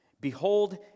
Behold